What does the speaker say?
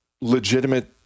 legitimate